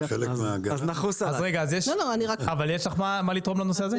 --- אז רגע אז יש לך מה לתרום לנושא הזה?